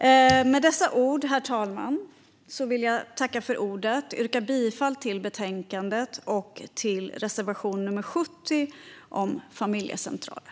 Herr talman! Med dessa ord vill jag tacka för ordet och yrka bifall till förslaget i betänkandet och till reservation 70 om familjecentraler.